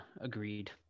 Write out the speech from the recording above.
Agreed